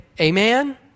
Amen